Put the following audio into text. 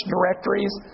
directories